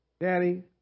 Daddy